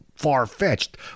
far-fetched